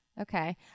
Okay